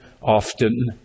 often